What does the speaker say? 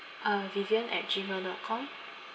uh vivian at gmail dot com